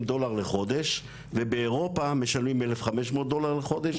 דולרים לחודש ובאירופה משלמים 1,500 דולרים לחודש?